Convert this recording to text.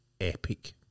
epic